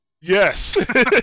Yes